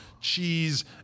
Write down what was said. cheese